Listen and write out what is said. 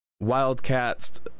Wildcats